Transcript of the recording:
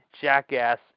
Jackass